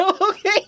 okay